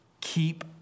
Keep